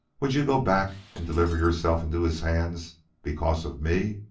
would you go back and deliver yourself into his hands because of me?